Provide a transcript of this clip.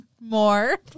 more